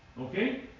Okay